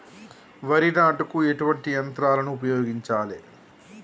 వరి నాటుకు ఎటువంటి యంత్రాలను ఉపయోగించాలే?